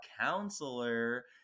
counselor